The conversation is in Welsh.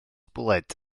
bwled